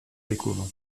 découvre